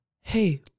hey